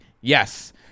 yes